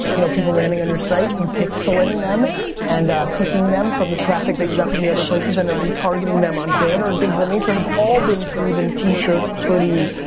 you know, people landing on your site, you pixeling them and cookieing them from the traffic that you got from the other places and then retargeting them on banner and things of that nature have all been proven t-shirt, hoodie,